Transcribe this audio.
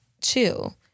chill